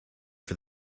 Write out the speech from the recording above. for